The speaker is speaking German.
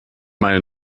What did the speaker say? meine